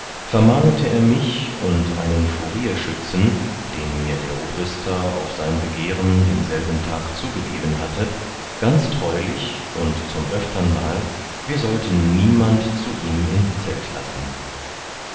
er mich und einen furierschützen den mir der obrister auf sein begehren denselben tag zugegeben hatte ganz treulich und zum öfternmal wir sollten niemand zu ihm ins zelt lassen